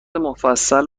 مفصل